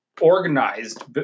organized